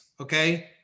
Okay